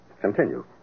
continue